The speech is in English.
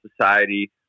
society